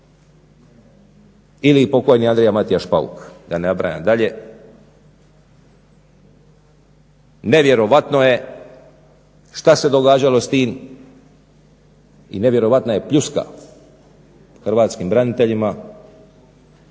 ili pokojni Andrija Matijaš Pauk da ne nabrajam dalje. Nevjerojatno je šta se događalo s tim i nevjerojatna je pljuska hrvatskim braniteljima